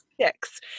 Six